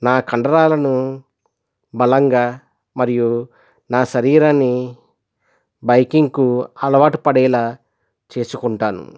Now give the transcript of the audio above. నా కండరాలను బలంగా మరియు నా శరీరాన్ని బైకింగ్కు అలవాటు పడేలా చేసుకుంటాను